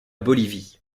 bolivie